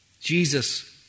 Jesus